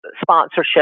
sponsorship